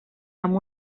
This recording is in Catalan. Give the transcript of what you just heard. amb